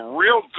real